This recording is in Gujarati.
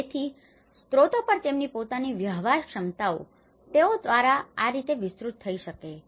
તેથી સ્રોતો પર તેમની પોતાની વ્યવહારક્ષમતાઓ દ્વારા તેઓ આ રીતે વિસ્તૃત થઈ શકે છે